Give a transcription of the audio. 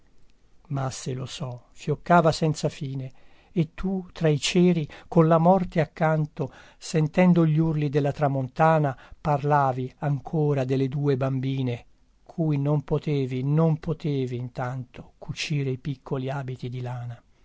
ma se lo so fioccava senza fine e tu tra i ceri con la morte accanto sentendo gli urli della tramontana parlavi ancora delle due bambine cui non potevi non potevi in tanto cucire i piccoli abiti di lana